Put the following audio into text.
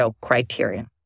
criteria